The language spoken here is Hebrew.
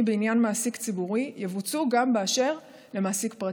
בעניין מעסיק ציבורי יבוצעו גם באשר למעסיק פרטי,